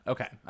Okay